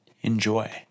Enjoy